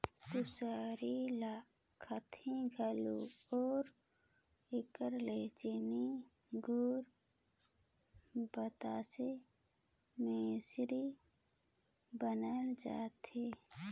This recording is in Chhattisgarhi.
कुसियार ल खाथें घलो अउ एकर ले चीनी, गूर, बतासा, मिसरी बनाल जाथे